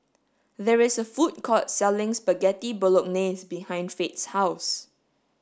there is a food court selling Spaghetti Bolognese behind Fate's house